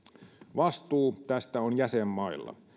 vastuu tästä on jäsenmailla